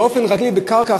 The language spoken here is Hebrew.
באופן רגיל בדונם